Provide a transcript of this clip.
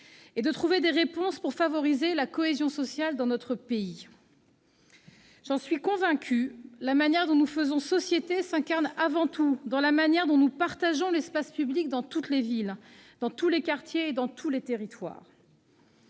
et de trouver des réponses pour favoriser la cohésion sociale dans notre pays. J'en suis convaincue, la manière dont nous faisons société se traduit avant tout dans la manière dont nous partageons l'espace public dans toutes les villes, tous les quartiers et tous les territoires.